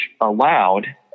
allowed